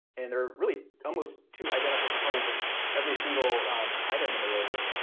and there are really almost two identical components of every single item in the rover,